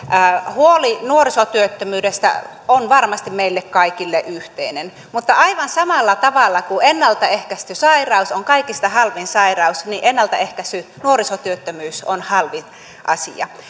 huoli nuorisotyöttömyydestä on varmasti meille kaikille yhteinen mutta aivan samalla tavalla kuin ennalta ehkäisty sairaus on kaikista halvin sairaus niin ennalta ehkäisty nuorisotyöttömyys on halvin asia